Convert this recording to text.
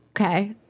okay